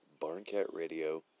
barncatradio